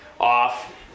off